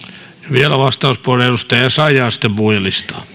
vielä vastauspuheenvuoro edustaja essayah ja sitten puhujalistaan